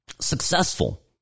successful